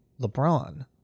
LeBron